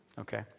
Okay